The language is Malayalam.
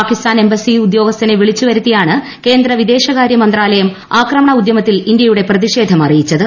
പാകിസ്ഥാൻ എംബസി ഉദ്യോഗസ്ഥനെ വിളിച്ചുവരുത്തിയാണ് കേന്ദ്ര വിദേശകാര്യ മന്ത്രാലയം ആക്രമണ ഉദ്യമത്തിൽ ഇന്ത്യയുടെ പ്രതിഷേധം അറിയിച്ചത്